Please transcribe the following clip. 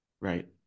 right